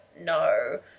no